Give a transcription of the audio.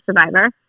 survivor